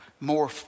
more